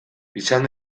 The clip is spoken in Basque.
izan